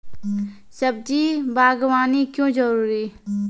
सब्जी बागवानी क्यो जरूरी?